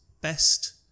best